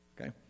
okay